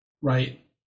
right